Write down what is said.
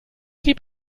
sie